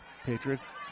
Patriots